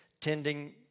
tending